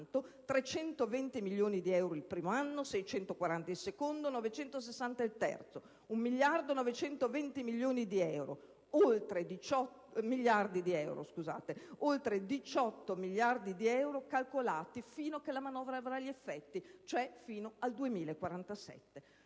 320 milioni di euro soltanto il primo anno, 640 il secondo, 960 il terzo, un miliardo 920 milioni di euro, oltre 18 miliardi di euro calcolati finché la manovra avrà effetti, cioè fino al 2047.